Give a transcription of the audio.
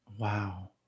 wow